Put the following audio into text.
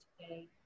today